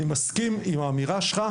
אני מסכים על האמירה שלך,